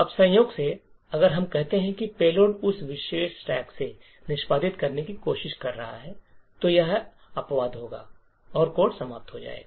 अब संयोग से अगर हम कहते है कि पेलोड उस विशेष स्टैक से निष्पादित करने की कोशिश कर रहा है तो एक अपवाद होगा और कोड समाप्त हो जाएगा